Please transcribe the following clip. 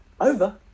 Over